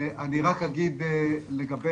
אני רק אגיד לגבי